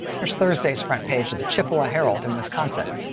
here's thursday's front page of the chippewa herald in wisconsin.